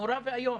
נורא ואיום.